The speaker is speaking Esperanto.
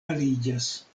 aliĝas